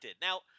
now